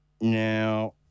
Now